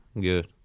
good